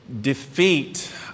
defeat